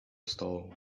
stall